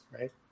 right